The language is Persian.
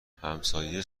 همسایه